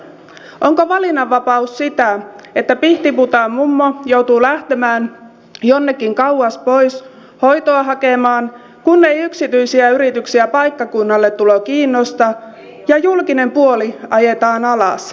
onko valinnan vapaus sitä että pihtiputaan mummo joutuu lähtemään jonnekin kauas pois hoitoa hakemaan kun ei yksityisiä yrityksiä paikkakunnalle tulo kiinnosta ja julkinen puoli ajetaan alas